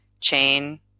chain